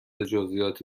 جزییات